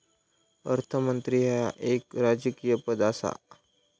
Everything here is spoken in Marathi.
अर्थमंत्री ह्या एक राजकीय पद आसा